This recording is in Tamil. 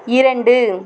இரண்டு